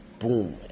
Boom